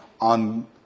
on